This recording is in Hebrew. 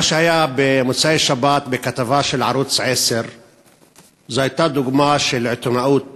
מה שהיה במוצאי שבת בכתבה של ערוץ 10 היה דוגמה לעיתונאות מגויסת.